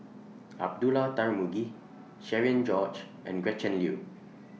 Abdullah Tarmugi Cherian George and Gretchen Liu